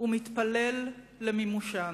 ומתפלל למימושן.